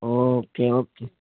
okay okay